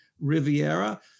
riviera